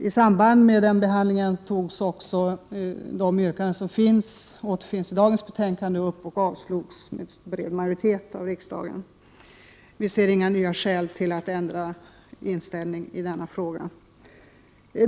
Yrkandet i detta avseende, som återfinns i dagens betänkande, avslogs med bred majoritet av riksdagen förra året. Vi ser inga skäl till att ändra inställning i denna fråga.